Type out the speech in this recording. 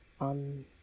on